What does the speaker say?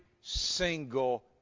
single